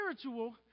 spiritual